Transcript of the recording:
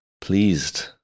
pleased